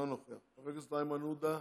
אינו נוכח, חבר הכנסת איימן עודה,